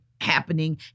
happening